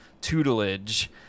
tutelage